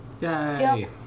Yay